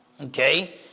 okay